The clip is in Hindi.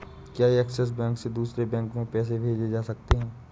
क्या ऐक्सिस बैंक से दूसरे बैंक में पैसे भेजे जा सकता हैं?